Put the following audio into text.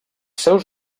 seus